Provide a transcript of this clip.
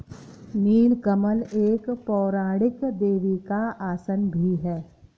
नील कमल एक पौराणिक देवी का आसन भी है